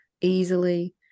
easily